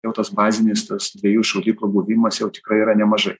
jau tas bazinis tas dviejų šaudyklų buvimas jau tikrai yra nemažai